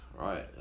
right